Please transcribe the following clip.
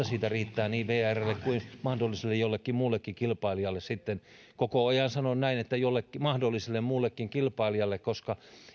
siitä riittää niin vrlle kuin jollekin mahdolliselle muullekin kilpailijalle sitten koko ajan sanon näin että mahdolliselle muullekin kilpailijalle koska